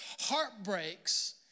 heartbreaks